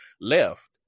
left